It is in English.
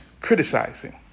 criticizing